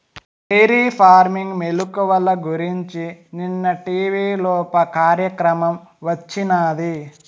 dairy farming మెలుకువల గురించి నిన్న టీవీలోప కార్యక్రమం వచ్చినాది